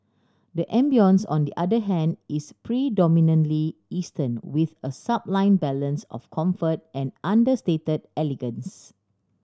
the ambience on the other hand is predominantly Eastern with a sublime balance of comfort and understated elegance